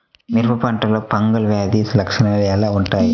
మిరప పంటలో ఫంగల్ వ్యాధి లక్షణాలు ఎలా వుంటాయి?